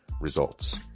results